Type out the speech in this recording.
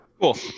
Cool